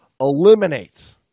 Eliminate